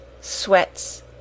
sweats